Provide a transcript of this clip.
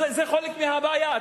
זה חלק מהבעיה.